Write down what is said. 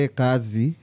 kazi